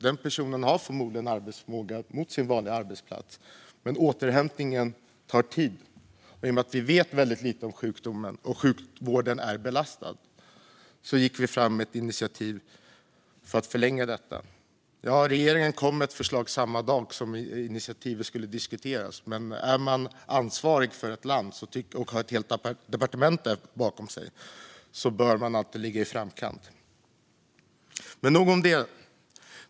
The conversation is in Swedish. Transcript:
Den personen har förmodligen arbetsförmåga på sin vanliga arbetsplats, men återhämtningen tar tid. I och med att vi vet väldigt lite om sjukdomen och att sjukvården är belastad gick vi fram med ett initiativ om förlängning. Regeringen kom med ett förslag samma dag som initiativet skulle diskuteras, men om man är ansvarig för ett land och har ett helt departement bakom sig bör man alltid ligga i framkant. Men nog om det.